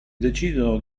decidono